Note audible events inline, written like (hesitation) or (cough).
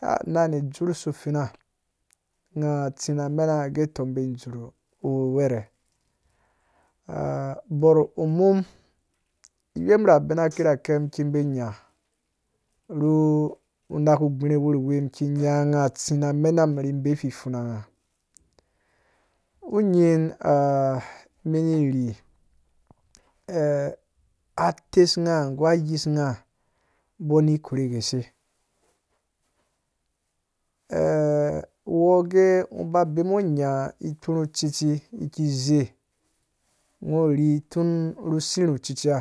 ah nanɛ adzur su finã ngã tsi nã mɛna nga gɛ tɔ mbei zur wɛrhɛ (hesitation) borh umum mi wem na abina kirhake mi ki mbei nya ru unaku gbĩrhĩ wurhu wi mi ki nya nga tsi na mɛnam ri mbei fipfuna nga unyin (hesitation) mi ni ri (hesitation) atesnga nggu ayisnga mbɔ ni korhe guse? (hesitation) uwɔ gɛ ngɔ ba bemu ngɔ nya ikpurhu cucci yiki zee ngo rhi tun ru shirhu cucci ha